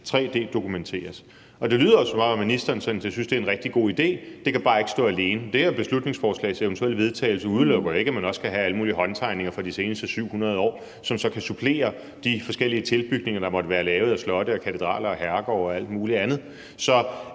tre-d-dokumenteres«, og det lyder jo, som om ministeren sådan set synes, det er en rigtig god idé, men at det bare ikke kan stå alene. Det her beslutningsforslag til eventuel vedtagelse udelukker jo ikke, at man også kan have alle mulige håndtegninger fra de seneste 700 år, som så kan supplere de forskellige tilbygninger, der måtte være lavet til slotte, katedraler, herregårde og alt muligt andet.